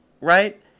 right